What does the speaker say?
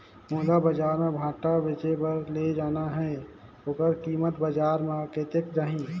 मोला बजार मां भांटा बेचे बार ले जाना हे ओकर कीमत बजार मां कतेक जाही?